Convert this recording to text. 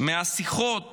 מהשיחות